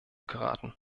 geraten